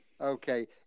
Okay